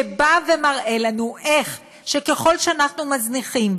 שמראה לנו איך ככל שאנחנו מזניחים,